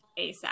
ASAP